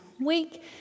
week